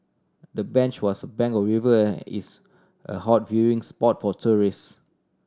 the bench was bank a river is a hot viewing spot for tourist